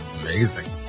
amazing